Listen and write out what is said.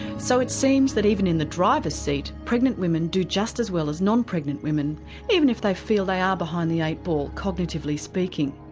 so it seems that even in the driver's seat pregnant women do just as well as non-pregnant women even if they feel they are behind the eight ball, cognitively speaking.